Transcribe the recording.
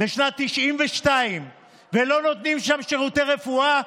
בשנת 1992 ולא נותנים שם שירותי רפואה?